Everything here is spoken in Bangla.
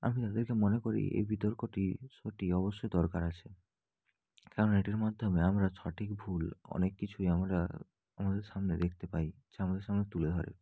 আমি এদেরকে মনে করি এই বিতর্কটি শো টি অবশ্যই দরকার আছে কারণ এটির মাধ্যমে আমরা সঠিক ভুল অনেক কিছুই আমরা আমাদের সামনে দেখতে পাই যা আমাদের সামনে তুলে ধরে